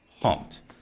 pumped